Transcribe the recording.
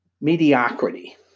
mediocrity